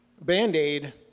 Band-Aid